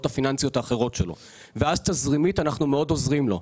הפיננסיות האחרות שלו ואז תזרימית אנחנו מאוד עוזרים לו.